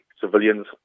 civilians